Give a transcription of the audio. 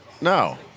No